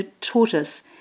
tortoise